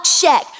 check